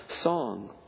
song